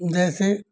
जैसे